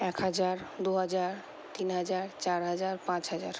এক হাজার দু হাজার তিন হাজার চার হাজার পাঁচ হাজার